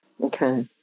Okay